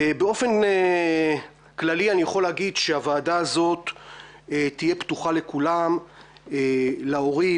באופן כללי אני יכול להגיד שהוועדה הזאת תהיה פתוחה לכולם להורים,